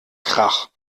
krach